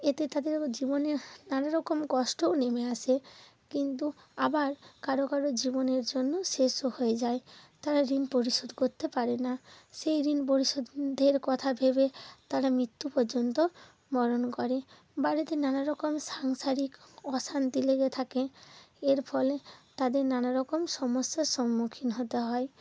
এতে তাদের আবার জীবনে নানা রকম কষ্টও নেমে আসে কিন্তু আবার কারও কারও জীবন এর জন্য শেষও হয়ে যায় তারা ঋণ পরিশোধ করতে পারে না সেই ঋণ পরিশোধের কথা ভেবে তারা মৃত্যু পর্যন্ত বরণ করে বাড়িতে নানারকম সাংসারিক অশান্তি লেগে থাকে এর ফলে তাদের নানারকম সমস্যার সম্মুখীন হতে হয়